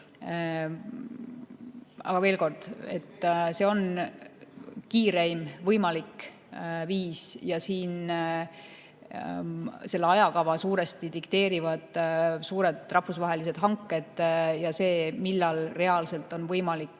Aga veel kord: see on kiireim võimalik viis ja selle ajakava suuresti dikteerivad suured rahvusvahelised hanked ja see, millal reaalselt on võimalik